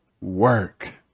work